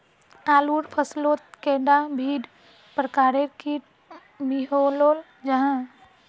आलूर फसलोत कैडा भिन्न प्रकारेर किट मिलोहो जाहा?